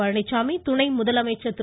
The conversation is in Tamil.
பழனிச்சாமி துணை முதலமைச்சர் திரு